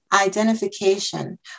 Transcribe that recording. identification